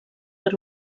per